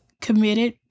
committed